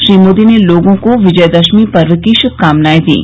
श्री मोदी ने लोगों को विजयदशमी पर्व की श्भकामनाए दीं